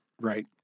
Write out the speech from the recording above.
Right